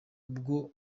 ubwo